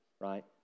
Right